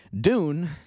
Dune